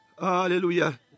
Hallelujah